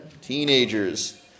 Teenagers